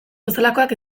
bezalakoak